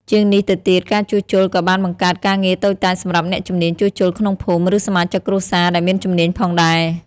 ជាងនេះទៅទៀត ការជួសជុលក៏បានបង្កើតការងារតូចតាចសម្រាប់អ្នកជំនាញជួសជុលក្នុងភូមិ ឬសមាជិកគ្រួសារដែលមានជំនាញផងដែរ។